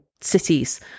cities